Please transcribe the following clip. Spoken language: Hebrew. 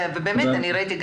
ובאמת ראיתי,